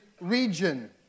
region